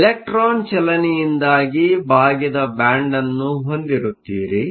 ಆದರೆ ಇಲೆಕ್ಟ್ರಾನ್ ಚಲನೆಯಿಂದಾಗಿ ಬಾಗಿದ ಬ್ಯಾಂಡ್ ಅನ್ನು ಹೊಂದಿರುತ್ತೀರಿ